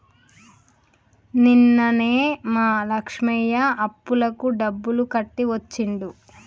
నిన్ననే మా లక్ష్మయ్య అప్పులకు డబ్బులు కట్టి వచ్చిండు